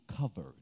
covered